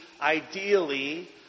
ideally